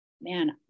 man